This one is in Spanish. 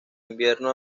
invierno